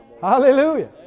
Hallelujah